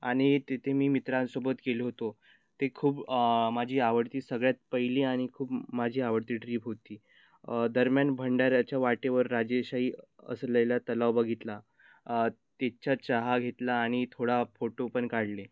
आणि तिथे मी मित्रांसोबत गेलो होतो ते खूप माझी आवडती सगळ्यात पहिली आणि खूप माझी आवडती ट्रीप होती दरम्यान भंडारदऱ्याच्या वाटेवर राजेशाही असलेला तलाव बघितला तिच्या चहा घेतला आणि थोडा फोटोपण काढले